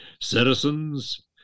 Citizens